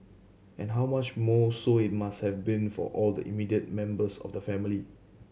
and how much more so it must have been for all the immediate members of the family